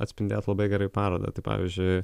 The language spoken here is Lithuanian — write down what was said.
atspindėtų labai gerai parodą tai pavyzdžiui